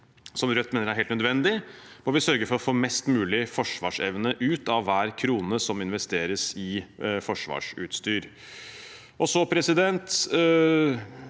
som Rødt mener er helt nødvendig, må vi sørge for å få mest mulig forsvarsevne ut av hver krone som investeres i forsvarsutstyr. Representanten